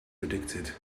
predicted